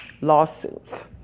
lawsuits